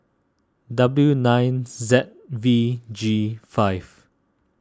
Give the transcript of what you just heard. W nine Z V G five